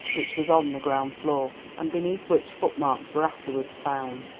which was on the ground floor, and beneath which footmarks were afterwards found.